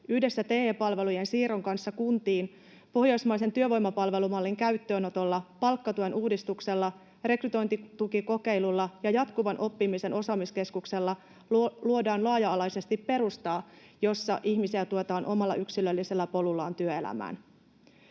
Yhdessä TE-palvelujen kuntiin siirron kanssa pohjoismaisen työvoimapalvelumallin käyttöönotolla, palkkatyön uudistuksella, rekrytointitukikokeilulla ja jatkuvan oppimisen osaamiskeskuksella luodaan laaja-alaisesti perustaa, jossa ihmisiä tuetaan omalla yksilöllisellä polullaan työelämään.